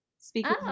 speaking